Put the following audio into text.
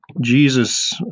Jesus